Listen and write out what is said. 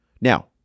now